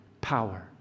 Power